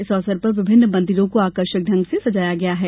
इस अवसर पर विभिन्न मंदिरों को आकर्षक ढंग से सजाया गया है